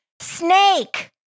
snake